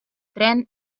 tren